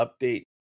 update